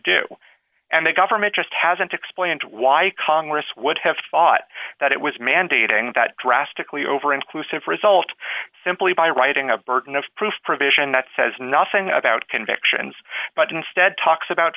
do and the government just hasn't explained why congress would have thought that it was mandating that drastically over inclusive result simply by writing a burden of proof provision that says nothing about convictions but instead talks about